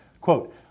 Quote